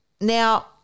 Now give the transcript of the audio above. Now